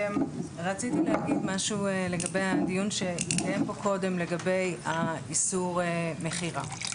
רציתי להגיד משהו לגבי הדיון שהתקיים פה קודם לגבי האיסור מכירה.